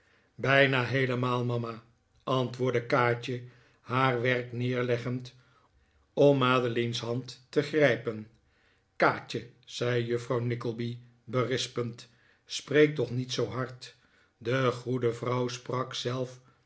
bijna heelemaal mama antwoordde kaatje haar werk neerleggend om madeline's hand te grijpen kaatje zei juffrouw nickleby berispend spreek toch niet zoo hard de goede vrouw